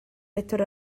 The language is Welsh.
bedwar